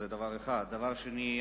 דבר שני,